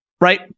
Right